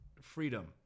freedom